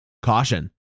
Caution